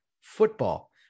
football